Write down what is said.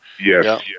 Yes